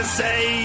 say